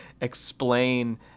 explain